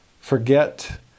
Forget